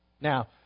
Now